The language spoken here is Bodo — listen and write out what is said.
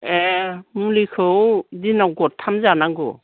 ए मुलिखौ दिनाव गरथाम जानांगौ